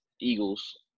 Eagles